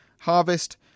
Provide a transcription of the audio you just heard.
harvest